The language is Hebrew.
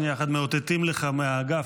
מאותתים לך מהאגף.